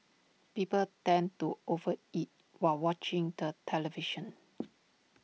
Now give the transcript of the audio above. people tend to over eat while watching the television